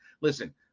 Listen